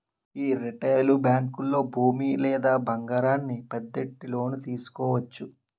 యీ రిటైలు బేంకుల్లో భూమి లేదా బంగారాన్ని పద్దెట్టి లోను తీసుకోవచ్చు